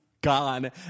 gone